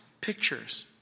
Pictures